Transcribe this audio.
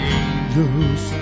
angels